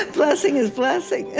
but blessing is blessing